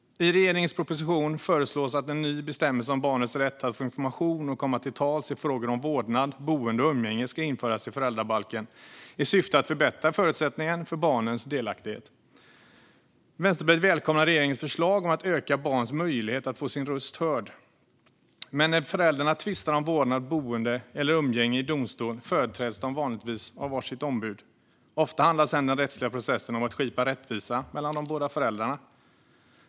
I regeringens proposition föreslås att en ny bestämmelse om barnets rätt att få information och komma till tals i frågor om vårdnad, boende och umgänge ska införas i föräldrabalken i syfte att förbättra förutsättningarna för barns delaktighet. Vänsterpartiet välkomnar regeringens förslag om att öka barns möjlighet att få sin röst hörd. Men när föräldrarna tvistar om vårdnad, boende eller umgänge i domstol företräds de vanligtvis av var sitt ombud. Ofta handlar sedan den rättsliga processen om att skipa rättvisa mellan de båda föräldrarna.